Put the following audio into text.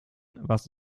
was